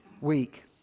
week